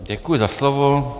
Děkuji za slovo.